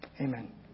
Amen